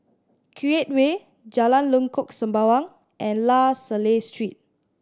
Create Way Jalan Lengkok Sembawang and La Salle Street